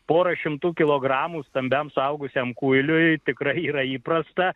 pora šimtų kilogramų stambiam suaugusiam kuiliui tikrai yra įprasta